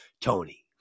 Tony